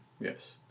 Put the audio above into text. Yes